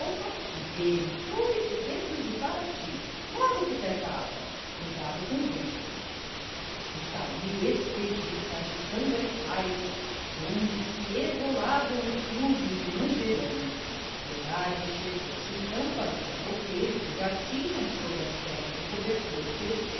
dê-lhe dois dedos de parati logo que peça água cuidado com o vento e saiu expedida agitando as saias de onde se evolavam eflúvios de manjerona piedade chegou-se então para o cavouqueiro que já tinha sobre as pernas o cobertor oferecido